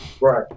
Right